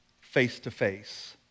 face-to-face